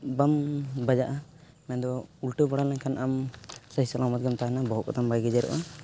ᱵᱟᱢ ᱵᱟᱡᱟᱜᱼᱟ ᱢᱮᱱᱫᱚ ᱩᱞᱴᱟᱹ ᱵᱟᱲᱟ ᱞᱮᱱᱠᱷᱟᱱ ᱟᱢ ᱥᱟᱦᱤ ᱥᱟᱞᱟᱢᱚᱛ ᱜᱮᱢ ᱛᱟᱦᱮᱱᱟ ᱵᱚᱦᱚᱜ ᱠᱚᱛᱟᱢ ᱵᱟᱭ ᱜᱮᱡᱮᱨᱚᱜᱼᱟ